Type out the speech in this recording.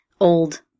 old